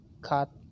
cut